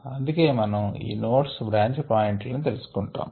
అందుకే మనము ఈ నోడ్స్ బ్రాంచ్ పాయింట్లను తెలుసుకుంటాము